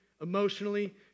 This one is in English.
emotionally